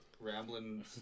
rambling